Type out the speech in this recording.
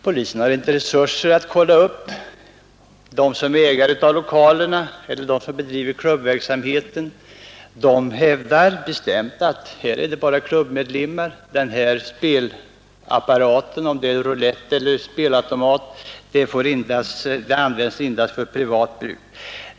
Polisen har inte resurser att kolla upp dem som är ägare av lokalerna eller dem som bedriver klubbverksamheten. Dessa hävdar bestämt att det endast finns klubbmedlemmar och att spelapparaten — om det är roulett eller spelautomat — endast används för privat bruk.